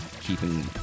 keeping